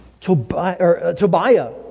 Tobiah